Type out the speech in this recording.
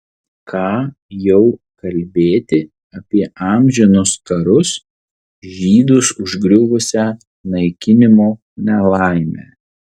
ką jau kalbėti apie amžinus karus žydus užgriuvusią naikinimo nelaimę